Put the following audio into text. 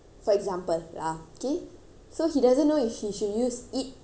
so he doesn't know if he should use it it's eaten or had